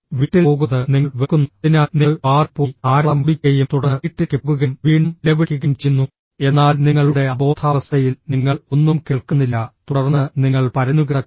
വീട്ടിൽ പോകുന്നത് നിങ്ങൾ വെറുക്കുന്നു അതിനാൽ നിങ്ങൾ ബാറിൽ പോയി ധാരാളം കുടിക്കുകയും തുടർന്ന് വീട്ടിലേക്ക് പോകുകയും വീണ്ടും നിലവിളിക്കുകയും ചെയ്യുന്നു എന്നാൽ നിങ്ങളുടെ അബോധാവസ്ഥയിൽ നിങ്ങൾ ഒന്നും കേൾക്കുന്നില്ല തുടർന്ന് നിങ്ങൾ പരന്നുകിടക്കുന്നു